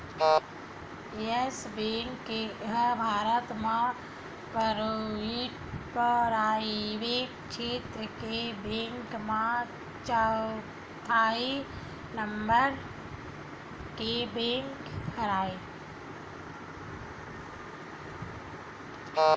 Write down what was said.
yes Bank ह भारत म private छेत्र के बेंक म चउथइया नंबर के बेंक हरय